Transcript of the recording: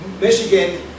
Michigan